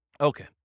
Okay